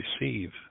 receive